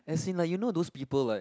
as in like you know those people like